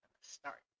start